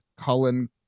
colin